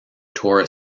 torah